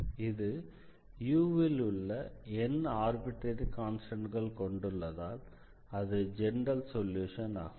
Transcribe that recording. இது u ல் உள்ள n ஆர்பிட்ரரி கான்ஸ்டண்ட்கள் கொண்டுள்ளதால் அது ஜெனரல் சொல்யூஷன் ஆகும்